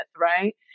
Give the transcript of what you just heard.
right